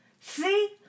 See